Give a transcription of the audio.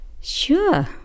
Sure